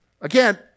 Again